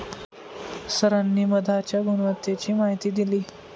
सरांनी मधाच्या गुणवत्तेची माहिती दिली